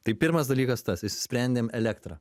tai pirmas dalykas tas išsisprendėm elektrą